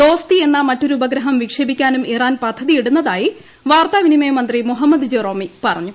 ദോസ്തി എന്ന മറ്റൊരു ഉപഗ്രഹം വിക്ഷേപിക്കാനും ഇറാൻ പദ്ധതിയിടുന്നതായി വാർത്താവിനിമയ മന്ത്രി മുഹമ്മദ് ജറോമ്പ്പ് പ്പറ്റഞ്ഞു